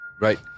Right